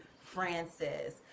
Francis